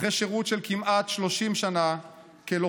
אחרי שירות של כמעט 30 שנה כלוחם,